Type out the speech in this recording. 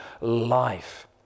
life